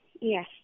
yes